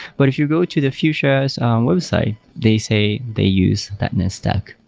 but if you go to the fuchsia's website, they say they use that net stack.